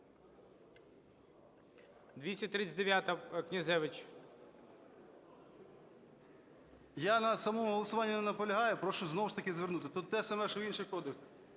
КНЯЗЕВИЧ Р.П. Я на самому голосуванні не наполягаю. Прошу знову ж таки звернути, тут те саме, що в інших кодексах.